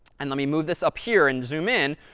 and let me move this up here and zoom in.